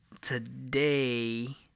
today